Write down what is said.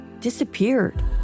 disappeared